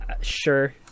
Sure